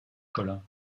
collin